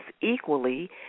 equally